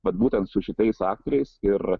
vat būtent su šitais aktoriais ir